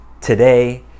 today